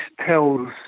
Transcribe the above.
tells